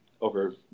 over